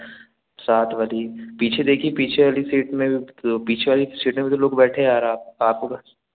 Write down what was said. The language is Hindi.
सात वाली पीछे देखी पीछे वाली सीट में भी दो पीछे वाली सीट में भी तो लोग बैठे है आराम से आपको क्या